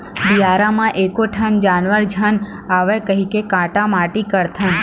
बियारा म एको ठन जानवर झन आवय कहिके काटा माटी करथन